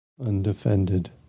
undefended